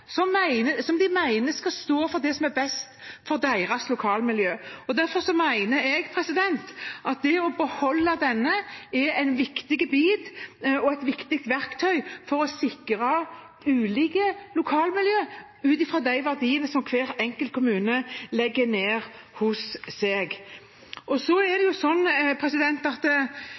som de mener skal stå for det som er best for deres lokalmiljø. Derfor mener jeg at det å beholde dette er et viktig verktøy for å sikre ulike lokalmiljøer, ut fra de verdiene som hver enkelt kommune legger til grunn hos seg. Så er det